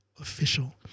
Official